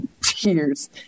tears